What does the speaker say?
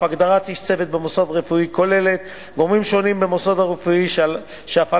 הגדרת איש צוות במוסד רפואי כוללת גורמים שונים במוסד הרפואי שהפעלת